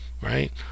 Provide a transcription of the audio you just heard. right